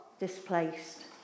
displaced